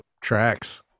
tracks